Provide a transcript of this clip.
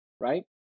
right